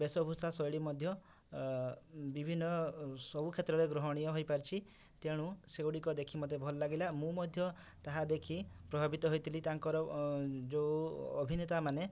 ବେଶଭୁଷା ଶୈଳୀ ମଧ୍ୟ ବିଭିନ୍ନ ସବୁ କ୍ଷେତ୍ରରେ ଗ୍ରହଣୀୟ ହୋଇପାରିଛି ତେଣୁ ସେଗୁଡ଼ିକ ଦେଖି ମୋତେ ଭଲ ଲାଗିଲା ମୁଁ ମଧ୍ୟ ତାହା ଦେଖି ପ୍ରଭାବିତ ହୋଇଥିଲି ତାଙ୍କର ଯେଉଁ ଅଭିନେତାମାନେ